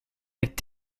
actes